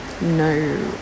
no